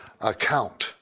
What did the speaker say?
account